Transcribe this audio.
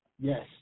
Yes